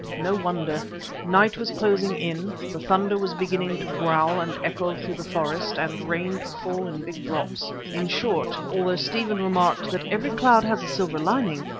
no wonder night was closing in, the thunder was beginning to growl and echo through the forest and rain to fall in big drops. in short, although stephen remarked that every cloud has a silver lining,